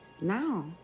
Now